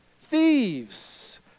thieves